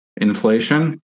inflation